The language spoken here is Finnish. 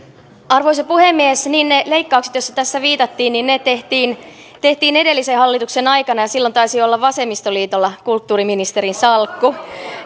arvoisa puhemies niin ne leikkaukset joihin tässä viitattiin tehtiin tehtiin edellisen hallituksen aikana ja silloin taisi olla vasemmistoliitolla kulttuuriministerin salkku